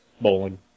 Bowling